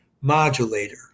modulator